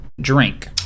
drink